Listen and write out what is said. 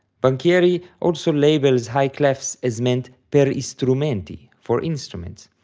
banchieri also labels high clefs as meant per istrumenti for instruments,